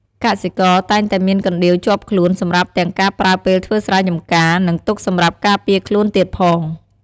កសិករតែងតែមានកណ្ដៀវជាប់ខ្លួន សម្រាប់ទាំងការប្រើពេលធ្វើស្រែចម្ការ និងទុកសម្រាប់ការពារខ្លួនទៀតផង។